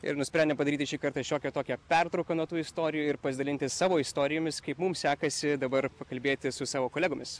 ir nusprendėm padaryti šį kartą šiokią tokią pertrauką nuo tų istorijų ir pasidalinti savo istorijomis kaip mums sekasi dabar pakalbėti su savo kolegomis